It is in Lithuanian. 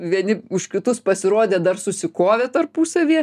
vieni už kitus pasirodė dar susikovė tarpusavyje